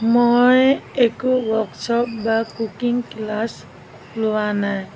মই একো ৱৰ্কশ্বপ বা কুকিং ক্লাছ লোৱা নাই